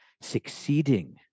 succeeding